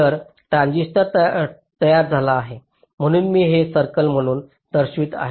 तर ट्रान्झिस्टर तयार झाला आहे म्हणून मी हे सर्कल म्हणून दर्शवित आहे